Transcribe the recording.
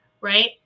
right